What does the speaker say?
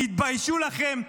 תתביישו לכם.